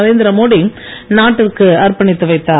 நரேந்திரமோடி நாட்டிற்கு அர்ப்பணித்து வைத்தார்